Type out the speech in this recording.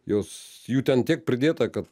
jos jų ten tiek pridėta kad